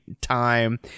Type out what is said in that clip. time